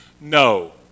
No